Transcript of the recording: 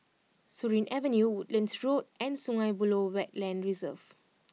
Surin Avenue Woodlands Road and Sungei Buloh Wetland Reserve